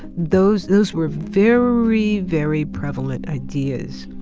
those those were very, very prevalent ideas,